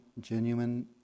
genuine